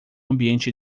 ambiente